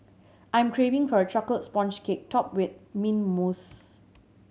I am craving for a chocolate sponge cake topped with mint mousse